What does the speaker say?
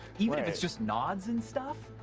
even if it's just nods and stuff,